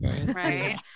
right